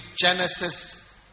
Genesis